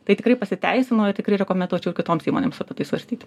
tai tikrai pasiteisino ir tikrai rekomenduočiau ir kitoms įmonėms apie tai svarstyti